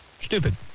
Stupid